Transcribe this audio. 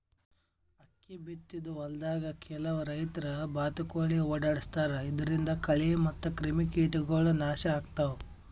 ಅಕ್ಕಿ ಬಿತ್ತಿದ್ ಹೊಲ್ದಾಗ್ ಕೆಲವ್ ರೈತರ್ ಬಾತ್ಕೋಳಿ ಓಡಾಡಸ್ತಾರ್ ಇದರಿಂದ ಕಳಿ ಮತ್ತ್ ಕ್ರಿಮಿಕೀಟಗೊಳ್ ನಾಶ್ ಆಗ್ತಾವ್